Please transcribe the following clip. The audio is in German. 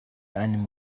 einem